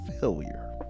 failure